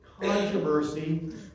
controversy